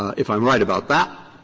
if i'm right about that,